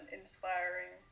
inspiring